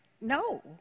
no